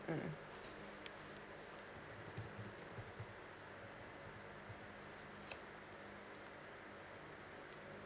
mm